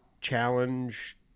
challenge